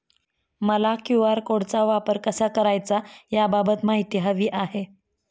मला क्यू.आर कोडचा वापर कसा करायचा याबाबत माहिती हवी आहे